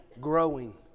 growing